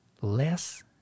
Less